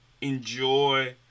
enjoy